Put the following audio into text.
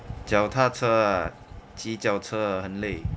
脚踏车 lah 骑脚车 ah 很累